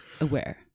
aware